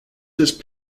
just